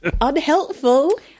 Unhelpful